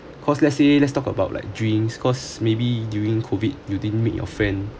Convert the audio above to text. because let's say let's talk about like drinks because maybe during COVID you didn't meet your friend